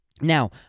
Now